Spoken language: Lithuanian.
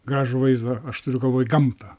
gražų vaizdą aš turiu galvoj gamtą